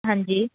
ਹਾਂਜੀ